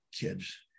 kids